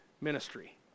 ministry